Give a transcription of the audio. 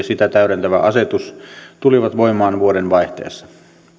sitä täydentävä asetus tulivat voimaan vuodenvaihteessa